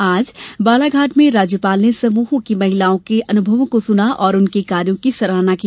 आज बालाघाट में राज्यपाल ने समूहों की महिलाओं के अनुभवों को सुना और उनके कार्यों की सराहना की